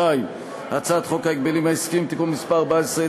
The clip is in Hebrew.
2. הצעת חוק ההגבלים העסקיים (תיקון מס' 14),